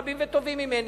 רבים וטובים ממני,